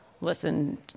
listen